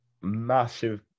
massive